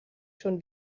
schon